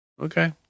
Okay